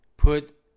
put